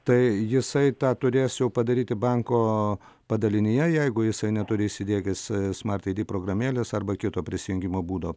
tai jisai tą turės padaryti banko padalinyje jeigu jisai neturi įsidiegęs smart ai di programėlės arba kito prisijungimo būdo